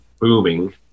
booming